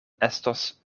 estos